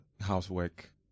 housework